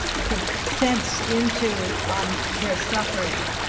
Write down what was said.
i can sense into um their suffering.